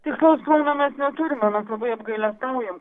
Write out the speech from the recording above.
tikslaus plano mes neturim na mes labai apgailestaujam